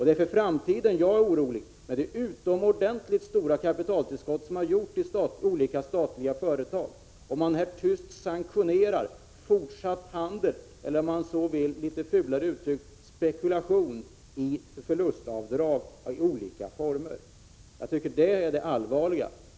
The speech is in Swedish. Det är för framtiden jag är orolig, med tanke på de utomordentligt stora kapitaltillskott som lämnats till olika statliga företag och med tanke på att man här tyst sanktionerar en fortsatt handel eller — om man nu vill använda ett litet fulare uttryck — spekulation i förlustavdrag i olika former. Det tycker jag är allvarligt.